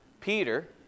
Peter